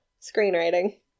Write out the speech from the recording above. Screenwriting